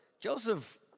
Joseph